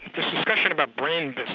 discussion about brain